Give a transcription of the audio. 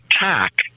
attack